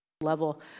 level